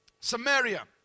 samaria